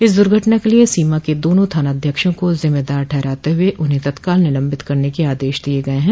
इस दुर्घटना के लिए सीमा के दोनों थानाध्यक्षों को जिम्मेदार ठहराते हुए उन्हें तत्काल निलम्बित करने के आदेश दिये गये हैं